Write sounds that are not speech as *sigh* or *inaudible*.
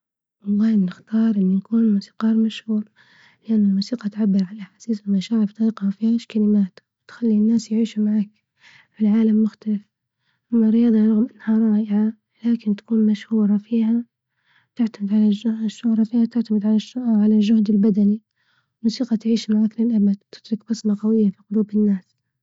والله نختار إني موسيقار مشهور، لإن الموسيقى تعبر عن أحاسيس ومشاعر بطريقة ما فيهاش كلمات، وتخلي الناس يعيشوا معك في العالم مختلف.أما الرياضة رغم إنها راجعة لكن تكون مشهورة فيها تعتمد على الشهرة *hesitation* فيها تعتمدعلى *hesitation* الجهد البدني نشوفها تعيش معاك للأمد تترك بصمة قوية في قلوب الناس.